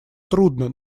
трудно